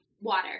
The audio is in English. water